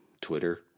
Twitter